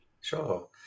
sure